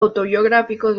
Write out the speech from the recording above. autobiográficos